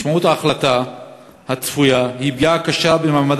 משמעות ההחלטה הצפויה היא פגיעה קשה במעמד